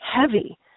heavy